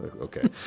Okay